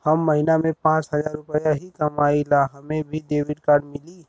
हम महीना में पाँच हजार रुपया ही कमाई ला हमे भी डेबिट कार्ड मिली?